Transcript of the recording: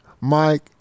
Mike